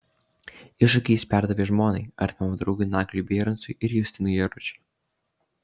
iššūkį jis perdavė žmonai artimam draugui nagliui bierancui ir justinui jaručiui